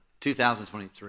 2023